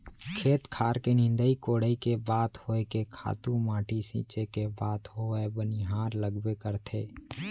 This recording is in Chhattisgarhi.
खेत खार के निंदई कोड़ई के बात होय के खातू माटी छींचे के बात होवय बनिहार लगबे करथे